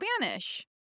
Spanish